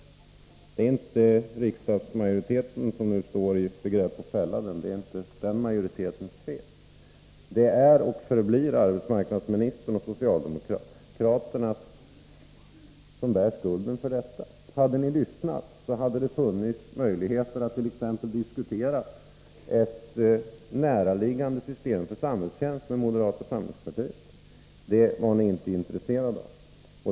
Felet är inte riksdagsmajoritetens, som nu står i begrepp att fälla den. Det är och förblir arbetsmarknadsministern och socialdemokraterna som bär skulden för detta. Hade ni lyssnat, hade det funnits möjligheter att med moderaterna diskutera t.ex. ett näraliggande system för samhällstjänst. Det var ni inte intresserade av.